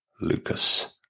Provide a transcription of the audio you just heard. Lucas